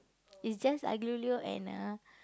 it's just aglio olio and uh